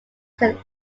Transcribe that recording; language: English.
can